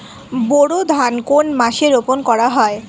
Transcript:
বোরো ধান কোন মাসে রোপণ করা হয়?